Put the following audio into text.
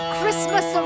Christmas